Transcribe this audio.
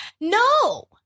No